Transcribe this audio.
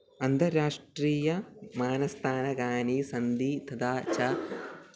अन्तर्राष्ट्रीय विमान स्थानकानि सन्ति तथा च